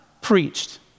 preached